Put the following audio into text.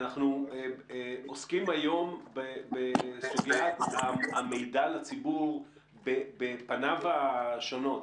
אנחנו עוסקים היום בסוגיית המידע לציבור בפניו השונות.